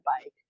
bike